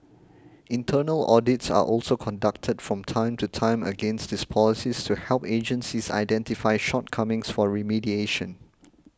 internal audits are also conducted from time to time against these policies to help agencies identify shortcomings for remediation